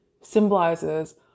symbolizes